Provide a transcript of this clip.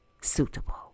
suitable